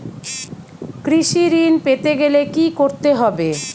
কৃষি ঋণ পেতে গেলে কি করতে হবে?